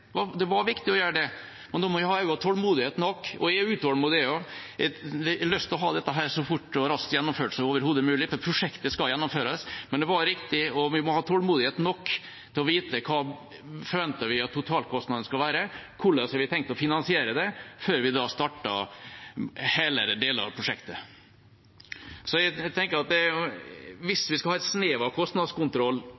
var viktig å gjøre det, og da må vi også ha tålmodighet nok til å få tallene på plass. Jeg er også utålmodig. Jeg har lyst til å ha dette så fort og raskt gjennomført som overhodet mulig. Prosjektet skal gjennomføres, men det var riktig, og vi må ha tålmodighet nok så vi får vite hva forventet totalkostnad blir, og hvordan vi har tenkt å finansiere det, før vi starter hele eller deler av prosjektet. Jeg tenker at hvis